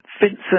Vincent